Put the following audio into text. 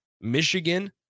Michigan